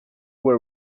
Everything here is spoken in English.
were